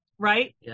right